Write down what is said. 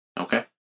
Okay